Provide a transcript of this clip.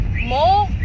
more